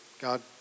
God